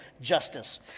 justice